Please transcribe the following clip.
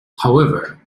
however